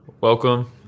Welcome